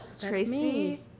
Tracy